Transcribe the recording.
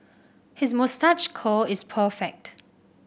his moustache curl is perfect